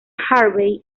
harvey